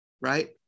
Right